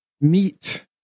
meet